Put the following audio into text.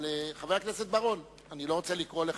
אבל, חבר הכנסת בר-און, אני לא רוצה לקרוא לך,